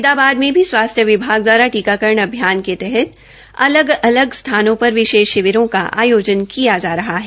फरीदाबाद में भी स्वास्थ्य विभाग दवारा टीकाकरण अभियान के तहत अलग अलग स्थानों पर विशेष शिविरों का आयोजन किया गया रहा है